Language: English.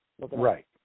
Right